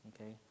Okay